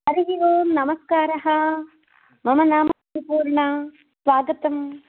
हरिः ओम् नमस्कारः मम नाम सम्पूर्णा स्वागतम्